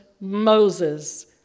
Moses